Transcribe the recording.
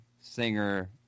singer